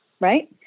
right